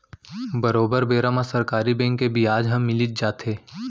बरोबर बेरा म सरकारी बेंक के बियाज ह मिलीच जाथे